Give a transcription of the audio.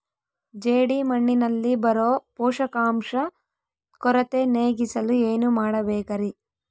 ಜೇಡಿಮಣ್ಣಿನಲ್ಲಿ ಬರೋ ಪೋಷಕಾಂಶ ಕೊರತೆ ನೇಗಿಸಲು ಏನು ಮಾಡಬೇಕರಿ?